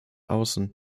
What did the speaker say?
außen